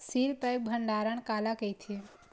Seal pack भंडारण काला कइथे?